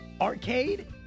Arcade